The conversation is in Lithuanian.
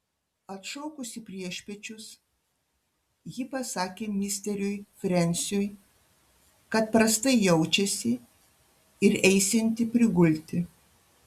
atšaukusi priešpiečius ji pasakė misteriui frensiui kad prastai jaučiasi ir eisianti prigulti